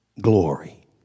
glory